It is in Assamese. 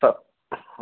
ত'